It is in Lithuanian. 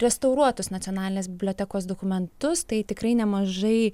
restauruotus nacionalinės bibliotekos dokumentus tai tikrai nemažai